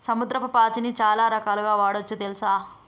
సముద్రపు పాచిని చాలా రకాలుగ వాడొచ్చు తెల్సా